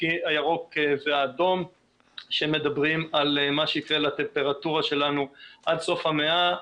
הירוק והאדום שמדברים על מה שיקרה לטמפרטורה שלנו עד סוף המאה.